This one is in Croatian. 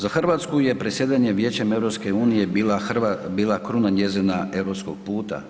Za Hrvatsku je predsjedanje Vijećem EU bila kruna njezina europskog puta.